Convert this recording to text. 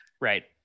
Right